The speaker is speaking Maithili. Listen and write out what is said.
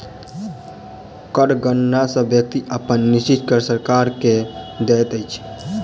कर गणना सॅ व्यक्ति अपन निश्चित कर सरकार के दैत अछि